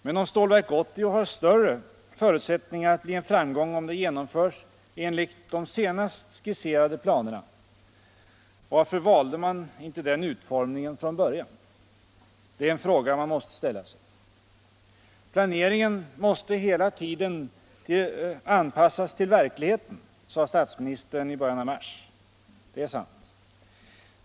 Men om Stålverk 80 har större förutsättningar att bli en framgång om det genomförs enligt de senaste skisserade planerna, varför valde man inte den utformningen från början? Det är en fråga som man måste ställa sig. Planeringen måste hela tiden anpassas till verkligheten, sade statsministern i början av mars. Det är sant.